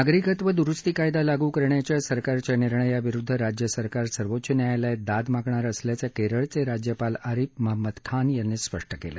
नागरिकत्व द्रुस्ती कायदा लागू करण्याच्या सरकारच्या निर्णयाविरुद्ध् राज्य सरकार सर्वोच्च न्यायालयात दाद मागणार असल्याचं केरळचे राज्यपाल अरीफ महम्मद खान यांनी आज स्पष्ट केलं